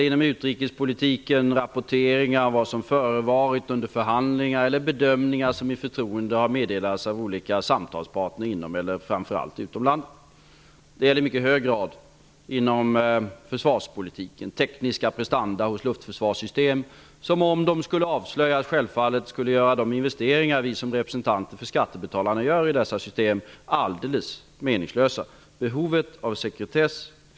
Inom utrikespolitiken kan det gälla rapporteringar om vad som har förevarit under förhandlingar eller bedömningar som har meddelats i förtroende av olika samtalspartner inom eller framför allt utom landet. Det gäller i mycket hög grad inom försvarspolitiken. Om t.ex. tekniska prestanda hos luftförsvarssystem skulle avslöjas, skulle det göra de investeringar som vi som representanter för skattebetalarna gör i detta system helt meningslösa. Det finns ett behov av sekretess.